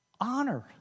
honor